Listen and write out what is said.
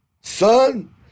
son